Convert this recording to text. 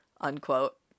unquote